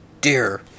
dear